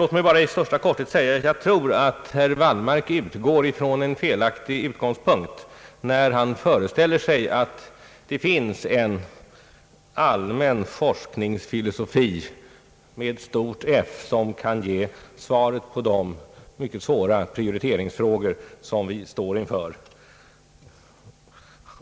Låt mig bara i största korthet säga att jag tror att herr Wallmark utgår från en felaktig utgångspunkt när han föreställer sig att det finns en allmän Forskningsfilosofi med stort F som kan ge svaret på de mycket svåra prioriteringsfrågor som vi står inför.